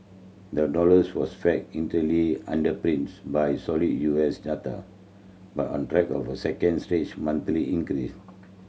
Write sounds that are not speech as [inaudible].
the dollar [unintelligible] was flat initially underpinned by solid U S data but on track of a second straight monthly increase